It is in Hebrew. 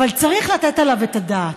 אבל צריך לתת עליו את הדעת.